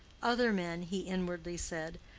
other men, he inwardly said,